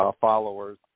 followers